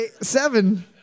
seven